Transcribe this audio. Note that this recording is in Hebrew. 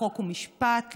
חוק ומשפט,